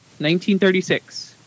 1936